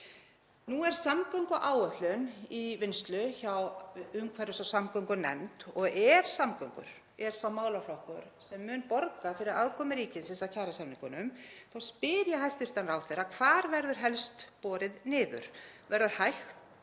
Nú er samgönguáætlun í vinnslu hjá umhverfis- og samgöngunefnd og ef samgöngur eru sá málaflokkur sem mun borga fyrir aðkomu ríkisins að kjarasamningunum þá spyr ég hæstv. ráðherra: Hvar verður helst borið niður? Verður hægt